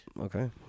Okay